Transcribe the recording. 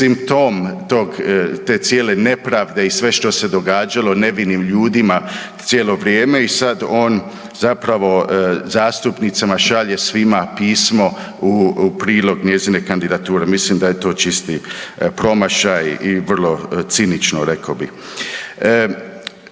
simptom te cijele nepravde i svega što se događalo nevinim ljudima cijelo vrijeme i sad on zapravo zastupnicima šalje svima pismo u prilog njezine kandidature, mislim da je to čisti promašaj i vrlo cinično rekao bi.